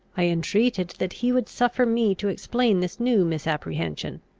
i entreated that he would suffer me to explain this new misapprehension,